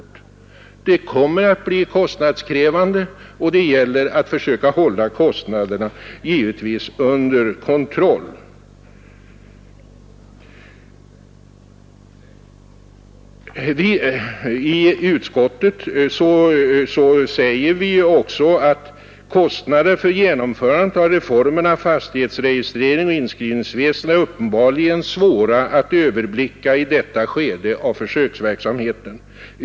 Verksamheten kommer att bli kostnadskrävande, och det gäller givetvis att försöka hålla kostnaderna under kontroll. Inom utskottet säger vi också: ”Kostnaderna för genomförandet av reformerna av fastighetsregistrering och inskrivningsväsende är uppenbarligen svåra att överblicka i detta skede av försöksverksamheten.